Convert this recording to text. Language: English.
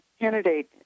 candidate